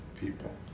people